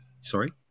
sorry